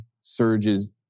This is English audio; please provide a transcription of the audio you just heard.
Surge's